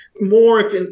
more